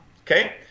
Okay